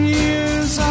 years